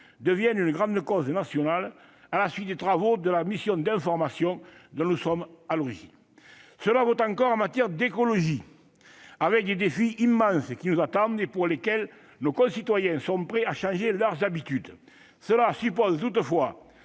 devienne une grande cause nationale, à la suite des travaux de la mission d'information dont nous sommes à l'origine. Cela vaut encore en matière d'écologie, avec les défis immenses qui nous attendent et pour lesquels nos concitoyens sont prêts à changer leurs habitudes. Cela suppose toutefois